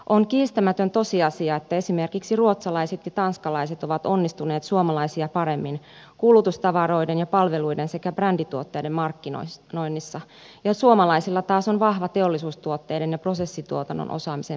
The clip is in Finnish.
on kiistämätön tosiasia että esimerkiksi ruotsalaiset ja tanskalaiset ovat onnistuneet suomalaisia paremmin kulutustavaroiden ja palveluiden sekä brändituotteiden markkinoinnissa ja suomalaisilla taas on vahva teollisuustuotteiden ja prosessituotannon osaamisen perinne